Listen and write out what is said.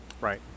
right